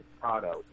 Prado